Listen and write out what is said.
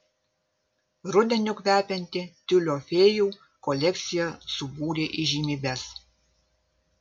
rudeniu kvepianti tiulio fėjų kolekcija subūrė įžymybes